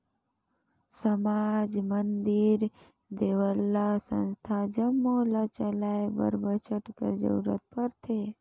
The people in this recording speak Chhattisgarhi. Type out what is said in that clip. समाज, मंदिर, देवल्ला, संस्था जम्मो ल चलाए बर बजट कर जरूरत परथे